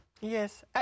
Yes